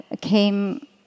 came